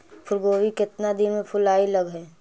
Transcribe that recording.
फुलगोभी केतना दिन में फुलाइ लग है?